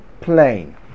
plane